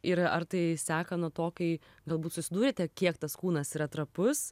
ir ar tai seka nuo to kai galbūt susidūrėte kiek tas kūnas yra trapus